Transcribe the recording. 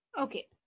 okay